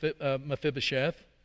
Mephibosheth